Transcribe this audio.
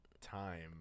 time